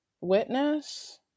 witness